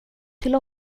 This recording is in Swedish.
till